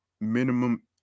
minimum